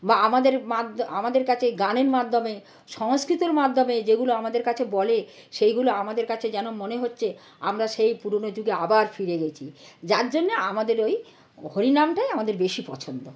বা আমাদের মাদ্য আমাদের কাছে গানের মাধ্যমে সংস্কৃতির মাধ্যমে যেগুলো আমাদের কাছে বলে সেইগুলো আমাদের কাছে যেন মনে হচ্ছে আমরা সেই পুরনো যুগে আবার ফিরে গিয়েছি যার জন্যে আমাদের ওই ও হরিনামটাই আমাদের বেশি পছন্দ